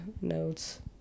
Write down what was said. notes